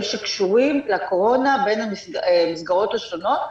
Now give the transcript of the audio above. שקשורים לקורונה בין המסגרות השונות,